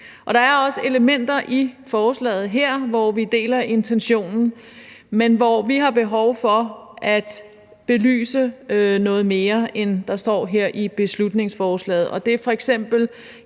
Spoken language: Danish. og der er også elementer i forslaget her, hvor vi deler intentionen, men som vi har behov for at belyse noget mere, end hvad der står her i beslutningsforslaget. Det er f.eks.,